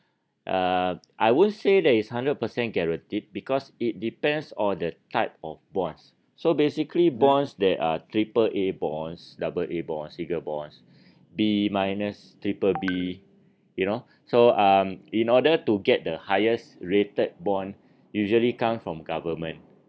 uh I won't say that it's hundred percent guaranteed because it depends on the type of bonds so basically bonds that are triple A bonds double A bonds single bonds B minus triple B you know so um in order to get the highest rated bond usually comes from government